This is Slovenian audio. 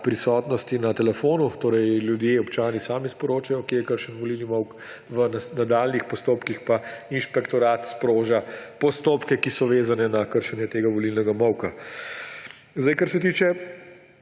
na telefonu. Ljudje, občani torej sami sporočajo, kje je kakšen volilni molk, v nadaljnjih postopkih pa inšpektorat sproža postopke, ki so vezani na kršenje tega volilnega molka. Kar se tiče